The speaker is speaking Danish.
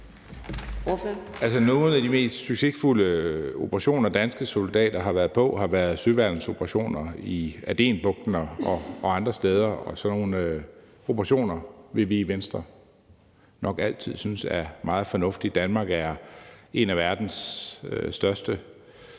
Nogle af de mest succesfulde operationer, danske soldater har været på, har været søværnets operationer i Adenbugten og andre steder, og sådan nogle operationer vil vi i Venstre nok altid synes er meget fornuftige. Danmark er en af verdens største